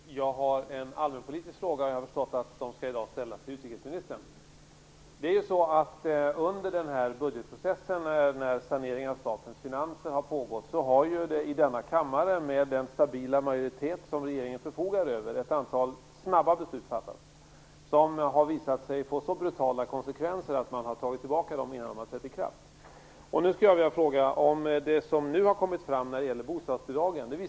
Herr talman! Jag har en allmänpolitisk fråga, och jag har förstått att de i dag skall ställas till utrikesministern. Under budgetprocessen, när saneringen av statens finanser har pågått, har det fattats ett antal snabba beslut i denna kammare med den stabila majoritet som regeringen förfogar över. Dessa beslut har visat sig få så brutala konsekvenser att man har tagit tillbaka dem innan de har trätt i kraft. Nu skulle jag vilja fråga om en sak som har kommit fram när det gäller bostadsbidragen.